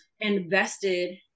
invested